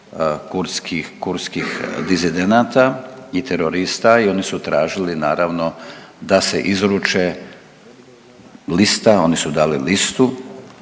kurdskih dizidenata i terorista i oni su tražili naravno da se izruče lista, oni su dali listu